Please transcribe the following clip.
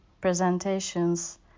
presentations